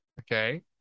Okay